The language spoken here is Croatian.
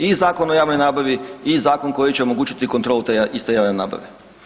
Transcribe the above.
I Zakon o javnoj nabavi i zakon koji će omogućiti kontrolu te iste javne nabave.